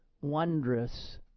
wondrous